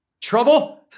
Trouble